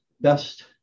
best